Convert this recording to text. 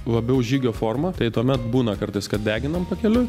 labiau žygio forma tai tuomet būna kartais kad deginam pakeliui